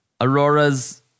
Aurora's